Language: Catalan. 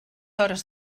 hores